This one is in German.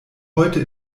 heute